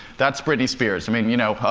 that's britney spears. i mean, you know,